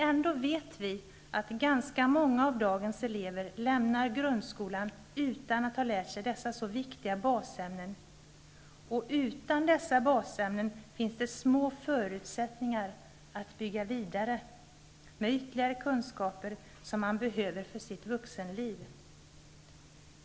Ändå vet vi att ganska många av dagens elever lämnar grundskolan utan att ha lärt sig dessa så viktiga basämnen. Utan kunskaper i dessa basämnen finns det små förutsättningar att bygga på med ytterligare kunskaper som man behöver för sitt vuxenliv.